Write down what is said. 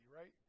right